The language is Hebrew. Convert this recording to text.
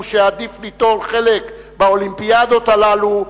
שעדיף ליטול חלק ב"אולימפיאדות" הללו,